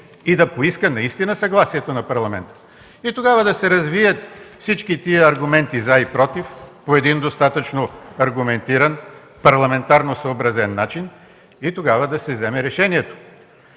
и да поиска наистина съгласието на парламента. И тогава да се развият всичките тези аргументи „за” и „против” по един достатъчно аргументиран, парламентарно съобразен, начин и тогава да се вземе решение.